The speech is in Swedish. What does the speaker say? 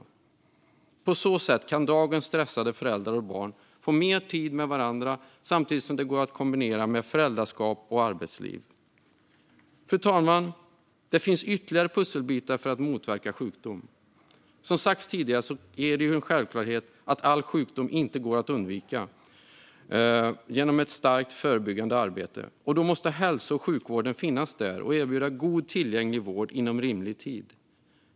På så sätt kan dagens stressade föräldrar och barn få mer tid med varandra samtidigt som det går att kombinera med föräldraskap och arbetsliv. Fru talman! Det finns ytterligare pusselbitar för att motverka sjukdom. Som sagts tidigare är det en självklarhet att all sjukdom inte går att undvika genom ett starkt förebyggande arbete. Då måste hälso och sjukvården finnas där och erbjuda god tillgänglig vård inom rimlig tid.